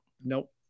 Nope